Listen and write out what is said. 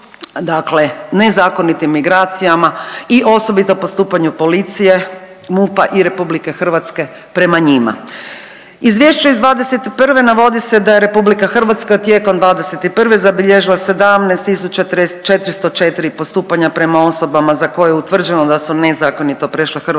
dakle nezakonitim migracijama i osobito postupanju policije, MUP-a i Republike Hrvatske prema njima. U izvješću iz 2021. navodi se da je Republika Hrvatska tijekom 2021. zabilježila 17404 postupanja prema osobama za koje je utvrđeno da su nezakonito prešle hrvatsku